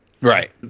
Right